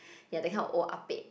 ya that kind of old ah-pek